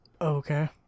Okay